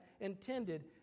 intended